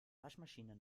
waschmaschine